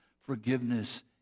forgiveness